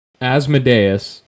Asmodeus